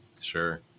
Sure